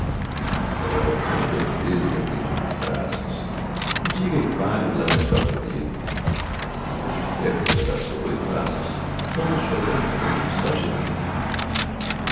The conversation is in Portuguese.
oh quantas vezes a prendi nos braços que o diga e fale o laranjal florido se mão de ferro espedaçou dois laços ambos choramos mas num só gemido